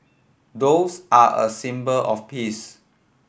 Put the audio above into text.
doves are a symbol of peace